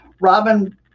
Robin